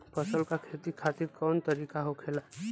फसल का खेती खातिर कवन तरीका होखेला?